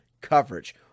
coverage